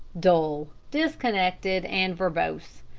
dull, disconnected, and verbose.